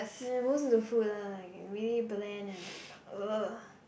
ya most of the food are get really bland and like !ugh!